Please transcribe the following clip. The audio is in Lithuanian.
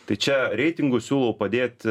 tai čia reitingus siūlo padėt